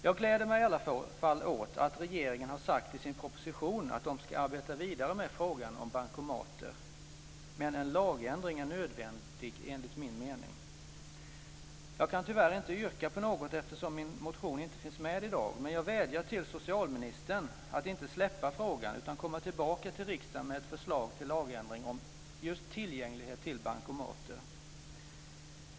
Jag gläder mig i alla fall åt att regeringen har sagt i sin proposition att den ska arbeta vidare med frågan om bankomater, men en lagändring är nödvändig enligt min mening. Jag kan tyvärr inte yrka på något eftersom min motion inte finns med i dag, men jag vädjar till socialministern att inte släppa frågan utan komma tillbaka till riksdagen med ett förslag till lagändring om just tillgängligheten till bankomater.